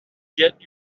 get